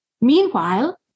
Meanwhile